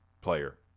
player